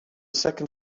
second